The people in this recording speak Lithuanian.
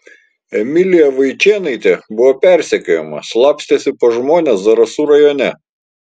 emilija vaičėnaitė buvo persekiojama slapstėsi pas žmones zarasų rajone